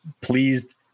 pleased